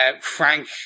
Frank